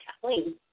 Kathleen